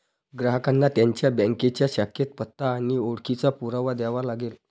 ग्राहकांना त्यांच्या बँकेच्या शाखेत पत्ता आणि ओळखीचा पुरावा द्यावा लागेल